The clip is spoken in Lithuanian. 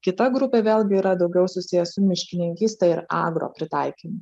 kita grupė vėlgi yra daugiau susiję su miškininkyste ir agro pritaikymu